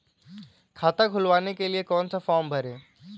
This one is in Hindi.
खाता खुलवाने के लिए कौन सा फॉर्म भरें?